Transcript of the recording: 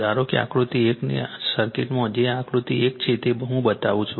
ધારો કે આકૃતિ 1 ની સર્કિટમાં જે આ આકૃતિ 1 છે તે હું બતાવું છું